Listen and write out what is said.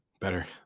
better